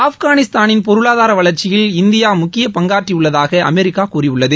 ஆப்கானிஸ்தானின் பொருளாதார வளர்ச்சியில் இந்தியா முக்கிய பங்காற்றியுள்ளதாக அமெரிக்கா கூறியுள்ளது